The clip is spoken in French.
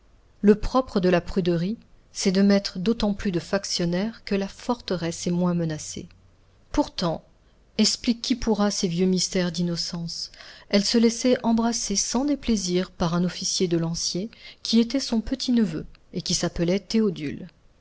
le propre de la pruderie c'est de mettre d'autant plus de factionnaires que la forteresse est moins menacée pourtant explique qui pourra ces vieux mystères d'innocence elle se laissait embrasser sans déplaisir par un officier de lanciers qui était son petit-neveu et qui s'appelait théodule